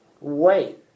Wait